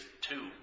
two